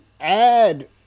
add